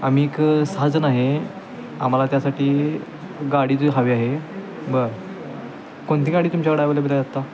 आम्ही एक सहाजण आहे आम्हाला त्यासाठी गाडी तर हवी आहे बरं कोणती गाडी तुमच्याकडं अव्हेलेबल आहे आत्ता